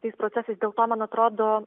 tais procesais dėl to man atrodo